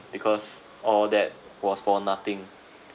because all that was for nothing